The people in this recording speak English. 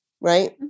Right